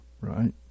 right